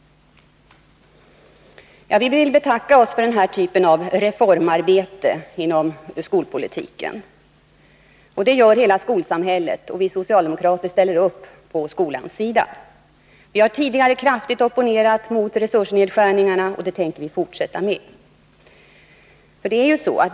Vi vill betacka oss för den här typen av ”reformarbete” inom skolpolitiken. Det gör hela skolsamhället, och vi socialdemokrater ställer upp på skolans sida. Vi har tidigare kraftigt opponerat oss mot resursnedskärningarna, och det tänker vi fortsätta med.